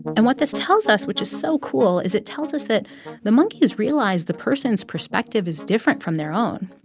and what this tells us, which is so cool, is it tells us that the monkeys realize the person's perspective is different from their own,